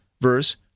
verse